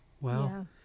Wow